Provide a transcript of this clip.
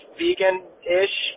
vegan-ish